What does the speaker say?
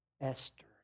Esther